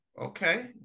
okay